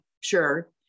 sure